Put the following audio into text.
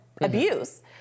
abuse